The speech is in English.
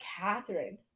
Catherine